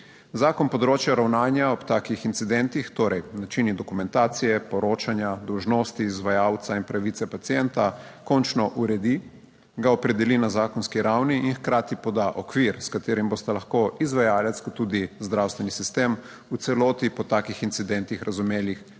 Zakon področje ravnanja ob takih incidentih, torej načini dokumentacije, poročanja, dolžnosti izvajalca in pravice pacienta, končno uredi, ga opredeli na zakonski ravni in hkrati poda okvir, s katerim bosta lahko izvajalec kot tudi zdravstveni sistem v celoti po takih incidentih razumeli, zakaj so